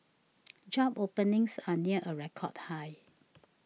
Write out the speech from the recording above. job openings are near a record high